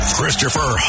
Christopher